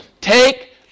Take